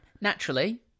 Naturally